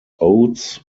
oats